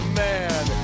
man